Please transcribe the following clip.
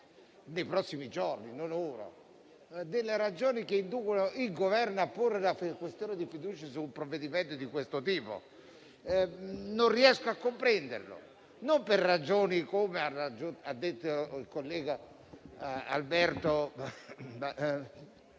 nei prossimi giorni, non ora - delle ragioni che inducono il Governo a porre la questione di fiducia su un provvedimento di questo tipo. Non riesco a comprenderle. Non sono ragioni legate all'opposizione,